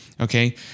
Okay